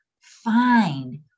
Find